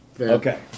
Okay